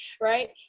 right